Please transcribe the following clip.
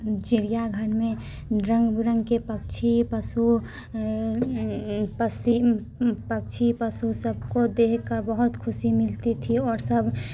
चिड़ियाघर में रंग बिरंग के पक्षी पशु पक्षी पक्षी पशु सबको देखकर बहुत ख़ुशी मिलती थी और सब